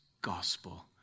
gospel